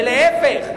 ולהיפך,